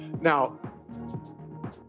Now